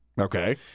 Okay